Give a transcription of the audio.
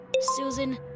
Susan